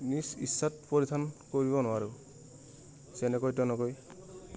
নিজ ইচ্ছাত পৰিধান কৰিব নোৱাৰোঁ যেনেকৈ তেনেকৈ